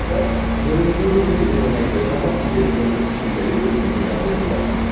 दा धोरोमखौ जुदि जोङो नायोबा मा मा धोरोम सिबिजायो जों जि होन्ना बुङोब्ला